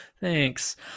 thanks